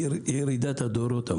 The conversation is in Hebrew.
ירידת הדורות.